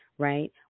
Right